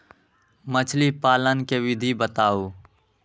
मछली पालन के विधि बताऊँ?